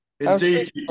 Indeed